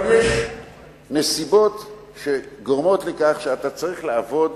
אבל יש נסיבות שגורמות לכך שאתה צריך לעבוד